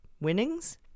winnings